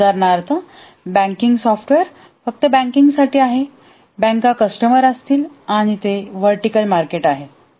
उदाहरणार्थ banking software फक्त banking साठी आहे बँका कस्टमर असतील आणि ते व्हर्टीकल मार्केट असेल